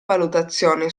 valutazione